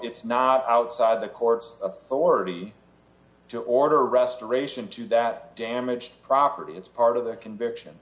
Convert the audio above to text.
it's not outside the court's authority to order restoration to that damaged property it's part of their conviction